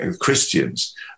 Christians